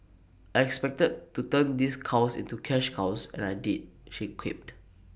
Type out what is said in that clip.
I expected to turn these cows into cash cows and I did she quipped